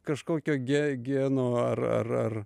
kažkokio ge geno ar ar ar